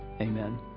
Amen